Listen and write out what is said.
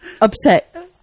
upset